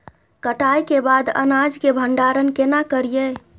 कटाई के बाद अनाज के भंडारण केना करियै?